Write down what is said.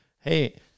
hey